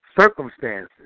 circumstances